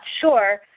sure